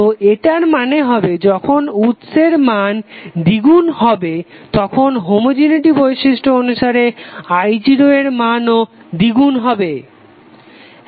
তো এটার মানে হবে যখন উৎসর মান দ্বিগুন হবে তখন হোমোজেনেটি বৈশিষ্ট্যের জন্য I0 এর মানও দ্বিগুন হবে